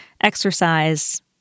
exercise